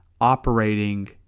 operating